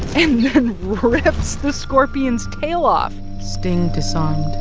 and then rips the scorpions tail off. sting disarmed.